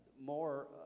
more